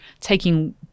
taking